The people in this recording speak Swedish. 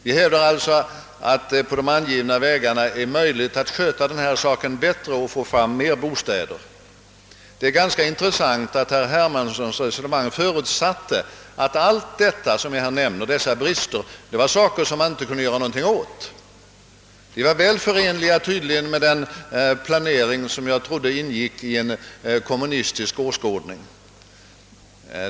Vi hävdar alltså att det på de av oss angivna vägarna är möjligt att få fram fler bostäder. Det är ganska intressant att herr Her: mansson i sitt resonemang förutsatte att det inte gick att göra något åt de brister som jag nämnde. De var tydligen väl förenliga med den planering, som jag trodde ingick i en kommunistisk åskådning.